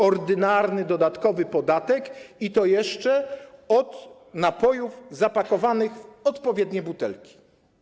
Ordynarny dodatkowy podatek, i to jeszcze od napojów zapakowanych w odpowiednie butelki.